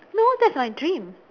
no that's my dream